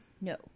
No